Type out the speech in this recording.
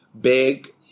Big